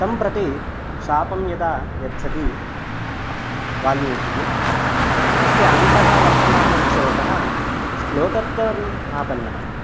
तं प्रति शापं यदा यच्छति वाल्मीकिः तस्य अन्तः वर्तमानः शोकः श्लोकत्वम् आपन्नः